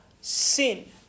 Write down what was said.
sin